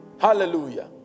Hallelujah